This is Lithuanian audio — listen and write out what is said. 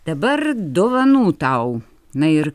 dabar dovanų tau na ir